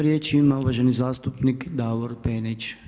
Riječ ima uvaženi zastupnik Davor Penić.